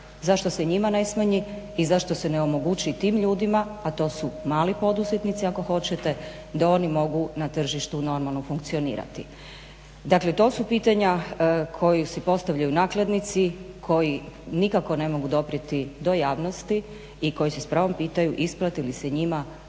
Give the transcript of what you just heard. Zašto se njima ne smanji i zašto se ne omogući i tim ljudima, a to su mali poduzetnici ako hoćete, da oni mogu na tržištu normalno funkcionirati? Dakle, to su pitanja koja si postavljaju nakladnici, koji nikako ne mogu doprijeti do javnosti i koji se s pravom pitaju isplati li se njima uopće